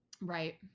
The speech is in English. Right